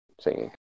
singing